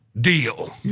deal